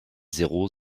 zéro